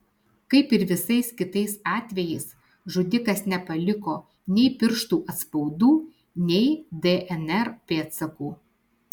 kaip ir visais kitais atvejais žudikas nepaliko nei pirštų atspaudų nei dnr pėdsakų